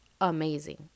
amazing